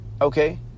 Okay